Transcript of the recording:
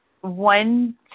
one